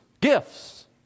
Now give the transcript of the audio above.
gifts